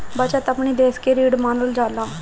बचत अपनी देस के रीढ़ मानल जाला